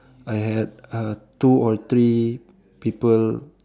I had uh two or three people